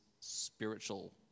spiritual